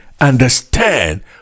understand